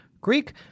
Greek